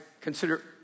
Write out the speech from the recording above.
consider